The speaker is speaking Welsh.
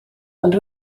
ond